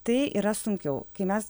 tai yra sunkiau kai mes